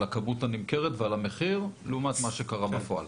הכמות הנמכרת ועל המחיר לעומת מה שקרה בפועל?